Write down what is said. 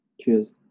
cheers